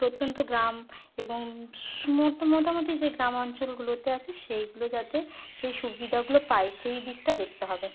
প্রত্যন্ত গ্রাম এবং সু মোটামুটি যে গ্রাম অঞ্চলগুলোতে আছে সেইগুলো যাতে সেই সুবিধাগুলো পায় সেইদিকটা দেখতে হবে